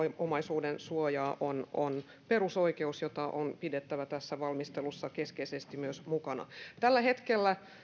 omaisuudensuoja on on perusoikeus jota on pidettävä tässä valmistelussa keskeisesti myös mukana tällä hetkellä